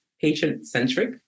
patient-centric